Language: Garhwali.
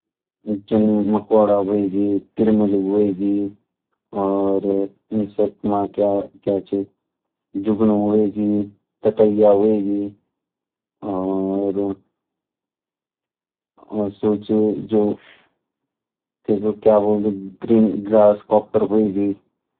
जन मक्वाडा होएगी किरमिलु होएगी और इनसेक्ट म क्या छ जुगनू होएगी ततैया होएगी और सु छ जो तै क क्या बोल्द ग्रीन ग्रास काॅपर होएगी।